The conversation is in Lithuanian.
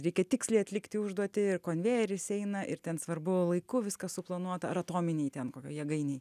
reikia tiksliai atlikti užduotį ir konvejeris eina ir ten svarbu laiku viską suplanuot ar atominėj ten kokioj jėgainėj